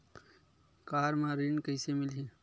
Car म ऋण कइसे मिलही?